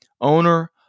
owner